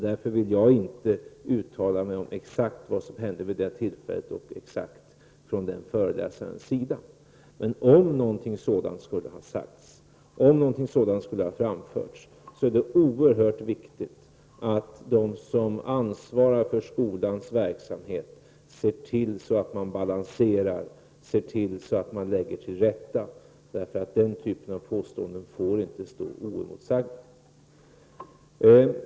Därför vill jag inte uttala mig exakt om vad som hände och exakt vad föreläsaren sade. Men om någonting sådant skulle ha framförts är det oerhört viktigt att de som ansvarar för skolans verksamhet ser till att balansera och lägga till rätta, för den typen av påståenden får inte stå oemotsagda.